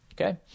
Okay